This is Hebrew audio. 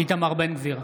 איתמר בן גביר,